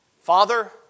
Father